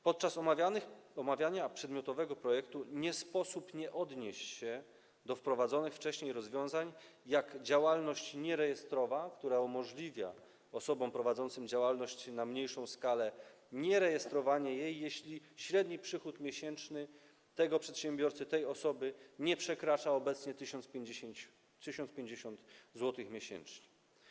Podczas omawiania przedmiotowego projektu nie sposób nie odnieść się do wprowadzonych wcześniej rozwiązań, jak działalność nierejestrowa, która umożliwia osobom prowadzącym działalność na mniejszą skalę nierejestrowanie jej, jeśli średni przychód miesięczny tego przedsiębiorcy, tej osoby nie przekracza obecnie 1050 zł miesięcznie.